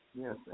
Yes